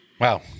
Wow